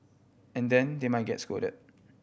and then they might get scolded